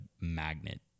Magnet